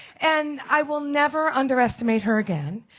and i will never underestimate her again.